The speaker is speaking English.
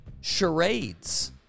charades